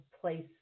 place